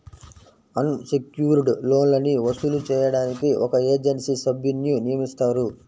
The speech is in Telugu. అన్ సెక్యుర్డ్ లోన్లని వసూలు చేయడానికి ఒక ఏజెన్సీ సభ్యున్ని నియమిస్తారు